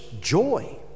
Joy